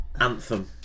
anthem